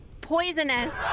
poisonous